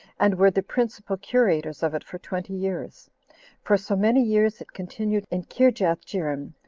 and were the principal curators of it for twenty years for so many years it continued in kirjathjearim,